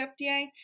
FDA